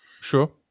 sure